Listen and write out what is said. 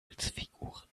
holzfiguren